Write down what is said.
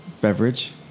beverage